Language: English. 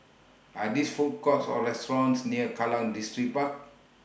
Are These Food Courts Or restaurants near Kallang Distripark